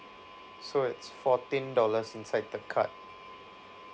so it's fourteen dollars inside the card